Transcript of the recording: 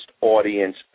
audience